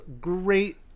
great